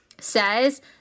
says